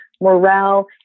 morale